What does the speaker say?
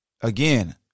Again